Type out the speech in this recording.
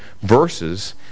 verses